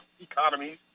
economies